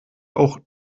auch